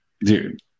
Dude